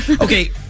Okay